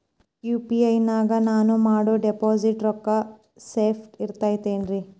UPI ನಾಗ ನಾನು ಮಾಡೋ ಡಿಪಾಸಿಟ್ ರೊಕ್ಕ ಸೇಫ್ ಇರುತೈತೇನ್ರಿ?